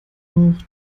auch